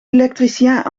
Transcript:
elektricien